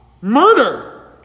murder